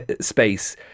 space